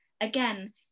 again